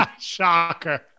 Shocker